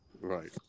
right